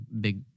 big